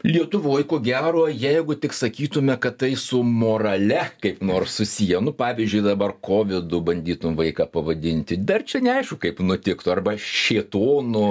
lietuvoj ko gero jeigu tik sakytume kad tai su morale kaip nors su susiję nu pavyzdžiui dabar kovidu bandytum vaiką pavadinti dar čia neaišku kaip nutiktų arba šėtonu